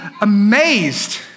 amazed